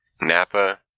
Napa